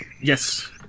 Yes